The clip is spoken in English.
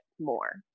more